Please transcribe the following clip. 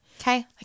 Okay